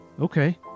Okay